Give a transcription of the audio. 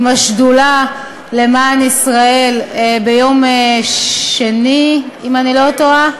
עם השדולה למען ישראל, ביום שני, אם אני לא טועה.